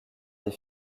des